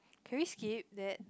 can we skip that